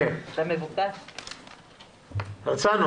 ח"כ הרצנו